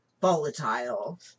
volatile